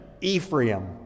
Ephraim